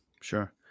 Sure